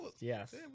Yes